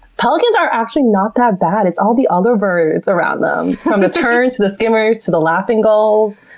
pelicans are actually not that bad. it's all the other birds around them, from the terns, to the skimmers, to the laughing gulls,